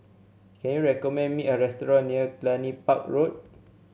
can you recommend me a restaurant near Cluny Park Road